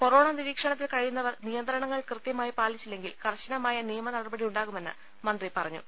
corona നിരീക്ഷണത്തിൽ കഴിയുന്നവർ നിയന്ത്രണങ്ങൾ കൃത്യമായി പാലിച്ചില്ലെങ്കിൽ കർശനമായ നിയമ നടപടിയു ണ്ടാകുമെന്ന് മന്ത്രി പറഞ്ഞു